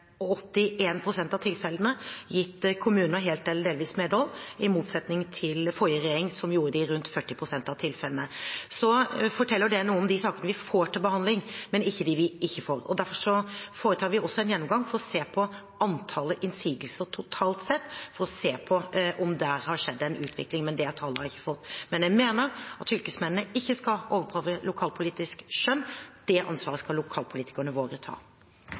motsetning til forrige regjering, som gjorde det i rundt 40 pst. av tilfellene. Det forteller noe om de sakene vi får til behandling, men ikke om de vi ikke får. Derfor foretar vi også en gjennomgang for å se på antallet innsigelser totalt sett for å se om det har skjedd en utvikling, men det tallet har jeg ikke fått. Men jeg mener at fylkesmennene ikke skal overprøve lokalpolitisk skjønn. Det ansvaret skal lokalpolitikerne våre ta.